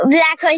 Black